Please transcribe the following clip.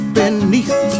beneath